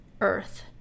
Earth